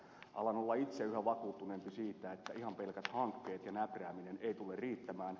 alan olla itse yhä vakuuttuneempi siitä että ihan pelkät hankkeet ja näprääminen ei tule riittämään